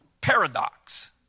paradox